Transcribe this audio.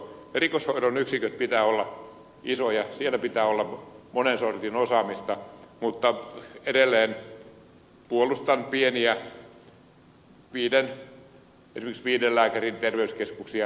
erikoishoidon yksiköiden pitää olla isoja ja siellä pitää olla monen sortin osaamista mutta edelleen puolustan pieniä esimerkiksi viiden lääkärin terveyskeskuksia